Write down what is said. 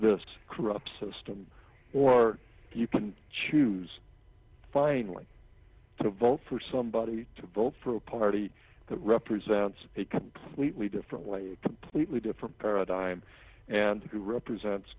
this corrupt system or you can choose finally to vote for somebody to vote for a party that represents a completely different way a completely different paradigm and who represents